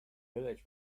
village